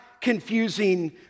confusing